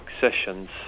sessions